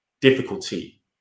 difficulty